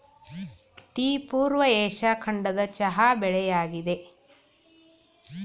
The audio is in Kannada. ಟೀ ಪೂರ್ವ ಏಷ್ಯಾ ಖಂಡದ ಚಹಾ ಬೆಳೆಯಾಗಿದೆ